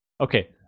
Okay